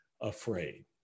afraid